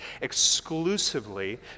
exclusively